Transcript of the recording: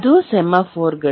ಅದು ಸೆಮಾಫೋರ್ಗಳು